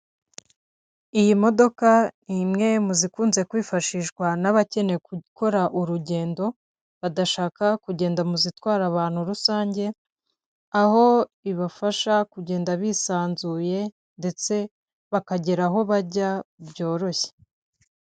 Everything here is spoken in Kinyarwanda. Iyi modoka ni imwe mu zikunze kwifashishwa n'abakeneye gukora urugendo badashaka kugenda mu zitwara abantu rusange, aho ibafasha kugenda bisanzuye ndetse bakagera aho bajya byoroshye.